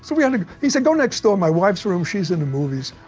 so, yeah like he said, go next door, my wife's room, she's in the movies.